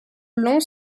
long